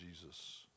Jesus